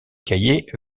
cahier